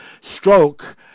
stroke